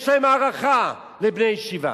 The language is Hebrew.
יש להם הערכה לבני ישיבה.